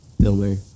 filmer